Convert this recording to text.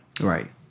right